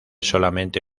solamente